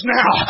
now